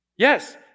Yes